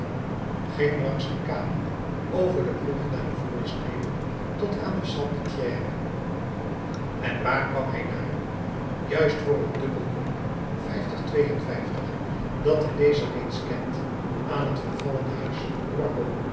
ging langs de kaden over de bruggen naar de voorsteden tot aan la salpetrière en waar kwam hij daar juist voor het dubbel nummer dat de lezer reeds kent aan het vervallen